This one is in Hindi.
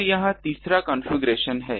और यह तीसरा कॉन्फ़िगरेशन है